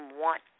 want